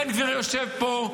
בן גביר יושב פה,